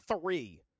three